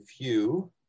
view